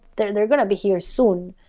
they're they're going to be here soon.